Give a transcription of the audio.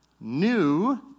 new